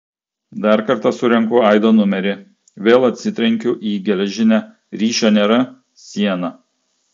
dar kartą surenku aido numerį vėl atsitrenkiu į geležinę ryšio nėra sieną